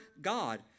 God